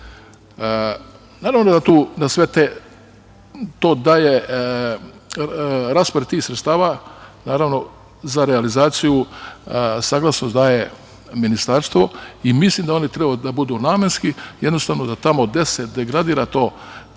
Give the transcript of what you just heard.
naravno da sve to daje, raspored tih sredstava, naravno za realizaciju, saglasnost daje Ministarstvo i mislim da one treba da budu namenske, jednostavno da tamo gde se degradira to,